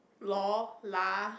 loh lah